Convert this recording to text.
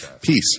Peace